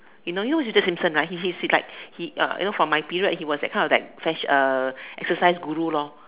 you know you know who is Richard-Simpson right he he he is like he uh you know from my period he was that kind that of that fash~ uh exercise guru lor